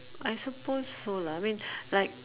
I suppose so lah I mean like